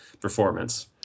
performance